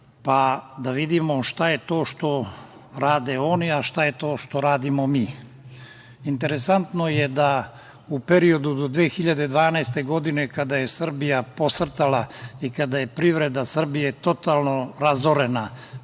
pa da vidimo šta je to šta rade oni, a šta je to što radimo mi. Interesantno je da u periodu do 2012. godine kada je Srbija posrtala i kada je privreda Srbije totalno razorena,